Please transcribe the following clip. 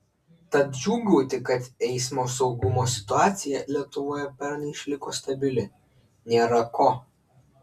tad džiūgauti kad eismo saugumo situacija lietuvoje pernai išliko stabili nėra ko